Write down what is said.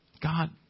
God